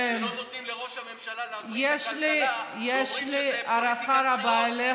שלא נותנים לראש הממשלה להבריא את הכלכלה ואומרים שזו פוליטיקת בחירות,